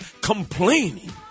complaining